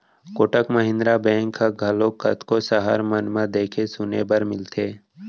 Kotak Mahindra bank ह घलोक कतको सहर मन म देखे सुने बर मिलथे